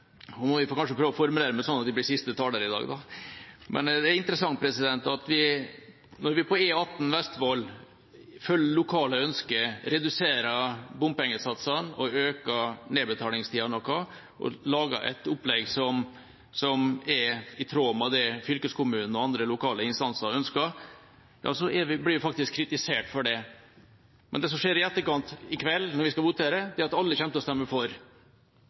nå må jeg kanskje formulere meg slik at jeg blir siste taler i dag – at når vi på E18 i Vestfold følger lokale ønsker, reduserer bompengesatsene og øker nedbetalingstida noe, lager et opplegg som er i tråd med det fylkeskommunen og andre lokale instanser ønsker, blir vi kritisert for det. Det som skjer i etterkant i kveld, når vi skal votere, er at alle kommer til å stemme for.